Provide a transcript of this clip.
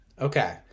Okay